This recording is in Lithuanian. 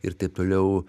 ir taip toliau